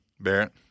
Barrett